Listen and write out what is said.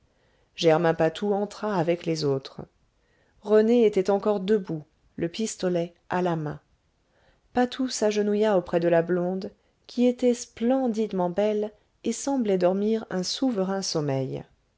germain patou entra avec les autres rené était encore debout le pistolet à la main patou s'agenouilla auprès de la blonde qui était splendidement belle et semblait dormir un souverain sommeil